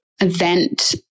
event